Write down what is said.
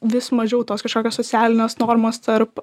vis mažiau tos kažkokios socialinės normos tarp